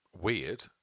weird